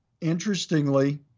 Interestingly